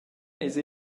eis